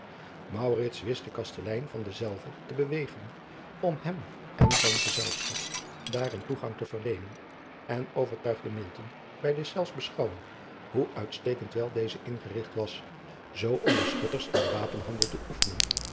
wist den kastelein van denzelven te bewegen om hem en zijn gezelschap daarin toegang te verleenen en overtuigde bij deszelfs beschouwing hoe uitstekend wel deze ingerigt was zoo om de schutters in den wapenhandel te oefenen